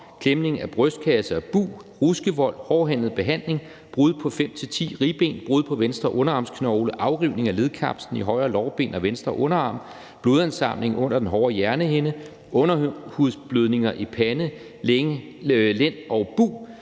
klemning af brystkasse og bug, ruskevold, hårdhændet behandling, brud på 5-10 ribben, brud på venstre underarmsknogle, afrivning af ledkapslen i højre lårben og venstre underarm, blodansamling under den hårde hjernehinde, underhudsblødninger i pande, lænd og bug.